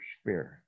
spirit